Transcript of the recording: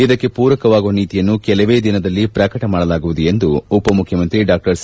ಇದಕ್ಕೆ ಪೂರವಾಗುವ ನೀತಿಯನ್ನು ಕೆಲವೇ ದಿನಗಳಲ್ಲಿ ಪ್ರಕಟ ಮಾಡಲಾಗುವುದು ಎಂದು ಉಪಮುಖ್ಯಮಂತ್ರಿ ಡಾ ಸಿ